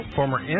former